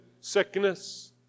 sickness